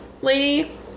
lady